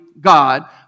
God